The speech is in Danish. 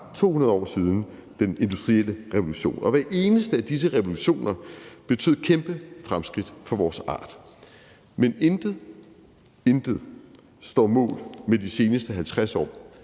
200 år siden den industrielle revolution. Og hver eneste af disse revolutioner betød kæmpe fremskridt for vores art, men intet – intet – står mål med de seneste 50 år,